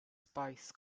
spice